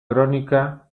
crónica